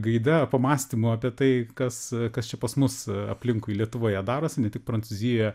gaida pamąstymų apie tai kas kas čia pas mus aplinkui lietuvoje darosi ne tik prancūzijoje